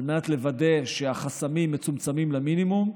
על מנת לוודא שהחסמים מצומצמים למינימום.